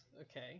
okay